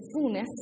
fullness